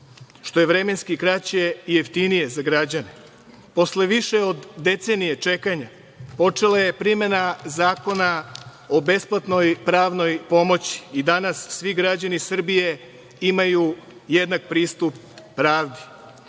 što je vremenski kraće i jeftinije za građane. Posle više od decenije čekanja počela je primena Zakona o besplatnoj pravnoj pomoći. Danas svi građani Srbije imaju jednak pristup pravdi.